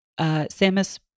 Samus